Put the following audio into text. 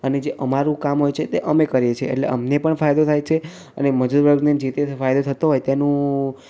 અને જે અમારું કામ હોય છે તે અમે કરીએ છીએ એટલે અમને પણ ફાયદો થાય છે અને મજૂર વર્ગને જે તે ફાયદો થતો હોય તેનું